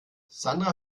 sandra